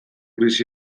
bizi